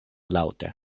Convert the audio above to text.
laŭte